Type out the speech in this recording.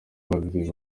babiri